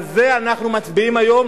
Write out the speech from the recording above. על זה אנחנו מצביעים היום,